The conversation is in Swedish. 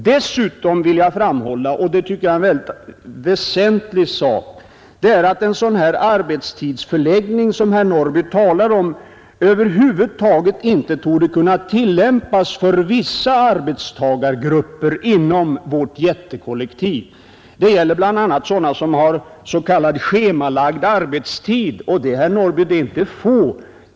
Dessutom vill jag framhålla — och det tycker jag är en väldigt väsentlig sak — att en sådan arbetstidsförläggning som herr Norrby talar om över huvud taget inte torde kunna tillämpas för vissa arbetstagargrupper inom vårt jättekollektiv. Det gäller bl.a. sådana som har s.k. schemalagd arbetstid, och de, herr Norrby, är inte få.